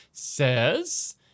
says